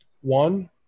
One